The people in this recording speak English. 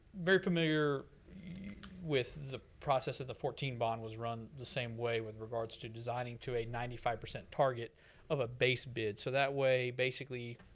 very familiar with the process that the fourteen bond was run the same way, with regards to designing to a ninety five percent target of a base bid. so that way, basically,